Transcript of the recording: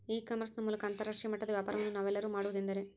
E commerce ನ ಮೂಲಕ ಅಂತರಾಷ್ಟ್ರೇಯ ಮಟ್ಟದ ವ್ಯಾಪಾರವನ್ನು ನಾವೆಲ್ಲರೂ ಮಾಡುವುದೆಂದರೆ?